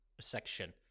section